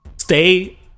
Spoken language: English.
stay